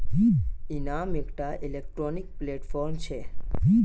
इनाम एकटा electronic platform छेक